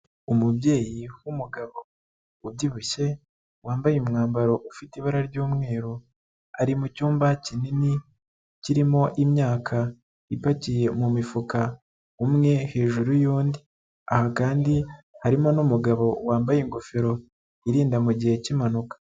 Umubyeyi w'umugabo ubyibushye, wambaye umwambaro ufite ibara ry'umweru, ari mu cyumba kinini kirimo imyaka ipakiye mu mifuka umwe hejuru y'undi. Aha kandi harimo n'umugabo wambaye ingofero irinda mu gihe cy'impanuka.